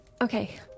Okay